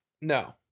No